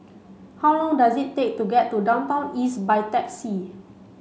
how long does it take to get to Downtown East by taxi